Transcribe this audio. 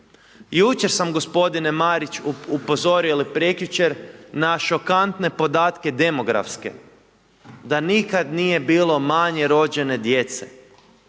Jučer sam gospodine Marić upozorio ili prekjučer na šokantne podatke demografske, da nikada nije bilo manje rođene djece,